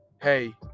Hey